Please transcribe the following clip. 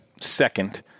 second